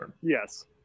Yes